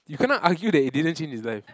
you cannot argue that it didn't change his life